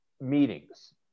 meetings